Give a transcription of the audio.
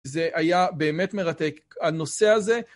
זה היה באמת מרתק, הנושא הזה.